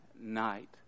night